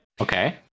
Okay